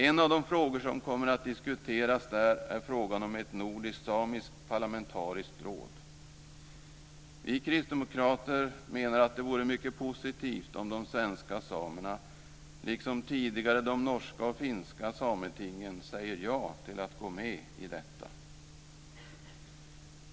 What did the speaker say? En av de frågor som kommer att diskuteras där är frågan om ett nordiskt-samiskt parlamentariskt råd. Vi kristdemokrater menar att det vore mycket positivt om de svenska samerna, liksom tidigare de norska och finska sametingen, säger ja till att gå med i detta.